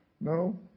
No